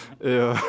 et